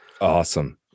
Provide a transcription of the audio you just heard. Awesome